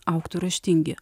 augtų raštingi